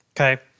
okay